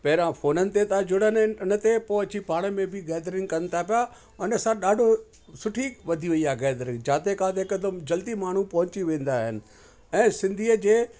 पहिरियां फ़ोननि ते था जुड़नि उनते पोइ अची पाण में बि गेदरिंग कनि था पिया उनसां ॾाढो सुठी वधी वई आहे गेदरिंग जिते किथे हिकदमि जल्दी माण्हू पहुचीं वेंदा आहिनि ऐं सिंधीअ जे